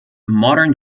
modern